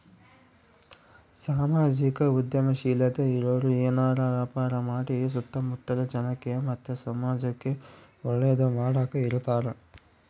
ಸಾಮಾಜಿಕ ಉದ್ಯಮಶೀಲತೆ ಇರೋರು ಏನಾರ ವ್ಯಾಪಾರ ಮಾಡಿ ಸುತ್ತ ಮುತ್ತಲ ಜನಕ್ಕ ಮತ್ತೆ ಸಮಾಜುಕ್ಕೆ ಒಳ್ಳೇದು ಮಾಡಕ ಇರತಾರ